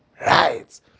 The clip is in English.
Right